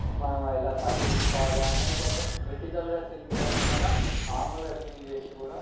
మనం ఎలా తప్పించుకోవాలి అనేది కొంచెం క్రిటికల్గా థింక్ చేయకపోయినా మామూలుగా థింక్ చేసి కూడా